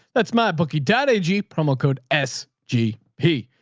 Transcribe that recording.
that's my bookie daddy g promo code s g p.